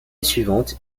suivante